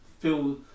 feel